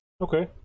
Okay